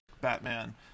batman